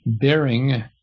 bearing